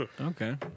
Okay